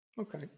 Okay